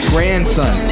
Grandson